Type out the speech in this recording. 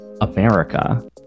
america